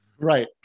Right